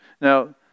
Now